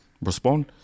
respond